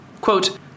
Quote